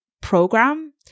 program